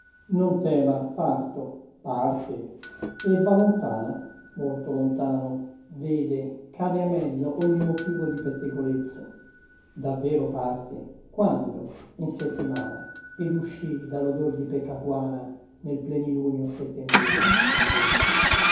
non tema parto parte e va lontana molto lontano vede cade a mezzo ogni motivo di pettegolezzo davvero parte quando in settimana ed uscii dallodor dipecacuana nel plenilunio settembrino al rezzo